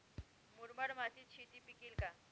मुरमाड मातीत शेती पिकेल का?